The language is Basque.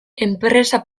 enpresa